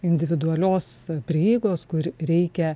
individualios prieigos kur reikia